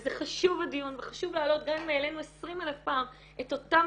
וזה חשוב הדיון וחשוב להעלות גם אם העלינו 20,000 פעם את אותם